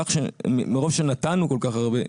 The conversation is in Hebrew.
מרוב שנתנו כל כך הרבה,